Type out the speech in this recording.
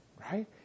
Right